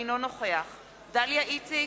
אינו נוכח דליה איציק,